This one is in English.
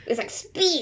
it's like speed